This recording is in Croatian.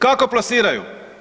Kako plasiraju?